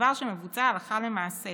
דבר שמבוצע הלכה למעשה